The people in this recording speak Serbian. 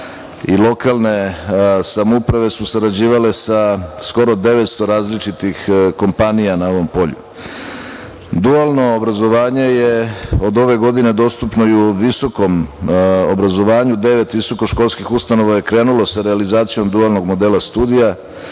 i lokalne samouprave su sarađivale sa skoro 900 različitih kompanija na ovom polju. Dualno obrazovanje je od ove godine dostupno i u visokom obrazovanju. Devet visokoškolskih ustanova je krenula sa realizacijom dualnog modela studija,